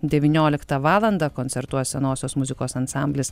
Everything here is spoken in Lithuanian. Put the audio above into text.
devynioliktą valandą koncertuos senosios muzikos ansamblis